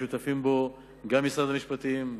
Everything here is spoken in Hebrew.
ששותפים בו גם משרד המשפטים,